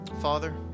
father